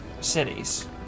cities